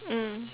mm